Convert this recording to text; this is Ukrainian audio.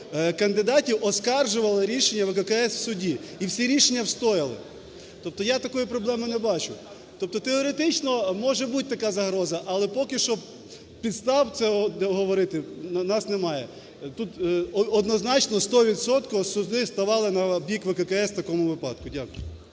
кандидатів оскаржували рішення ВККС в суді, і всі рішення встояли. Тобто я такої проблеми не бачу. Тобто теоретично може бути така загроза, але поки що підстав говорити у нас немає. Тут однозначно стовідсотково суди ставали на бік ВККС в такому випадку. Дякую.